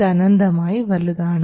ഇത് അനന്തമായി വലുതാണ്